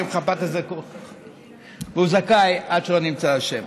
חזקת החפות והוא זכאי עד שלא נמצא אשם,